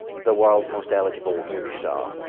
the world's most eligible movie star,